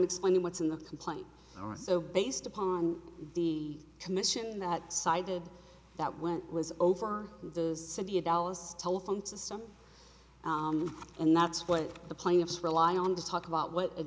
explaining what's in the complaint or so based upon the commission that cited that went was over the city of dallas telephone system and that's what the plaintiffs rely on to talk about what a